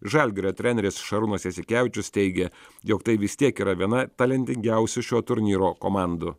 žalgirio treneris šarūnas jasikevičius teigė jog tai vis tiek yra viena talentingiausių šio turnyro komandų